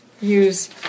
use